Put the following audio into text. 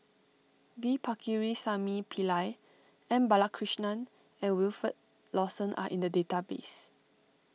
V Pakirisamy Pillai M Balakrishnan and Wilfed Lawson are in the database